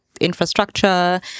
infrastructure